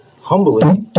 humbly